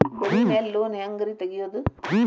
ಬೆಳಿ ಮ್ಯಾಲೆ ಲೋನ್ ಹ್ಯಾಂಗ್ ರಿ ತೆಗಿಯೋದ?